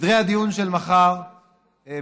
סדרי הדיון של מחר משתנים: